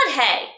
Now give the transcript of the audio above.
hey